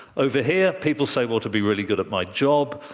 over here, people say, well, to be really good at my job,